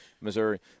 Missouri